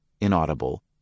inaudible